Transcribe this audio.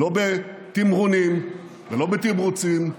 לא בתמרונים ולא בתמרוצים,